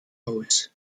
aus